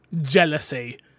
jealousy